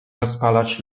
rozpalać